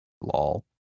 Lol